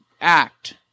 act